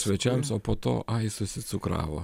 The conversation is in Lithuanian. svečiams o po to ai susicukravo